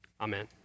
Amen